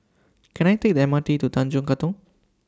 Can I Take The M R T to Tanjong Katong